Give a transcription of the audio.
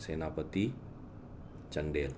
Senapati Chandel